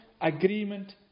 agreement